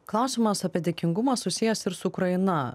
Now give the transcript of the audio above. klausimas apie dėkingumą susijęs ir su ukraina